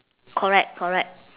correct correct